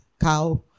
cow